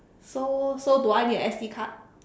so so do I need a S_D card